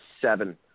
seven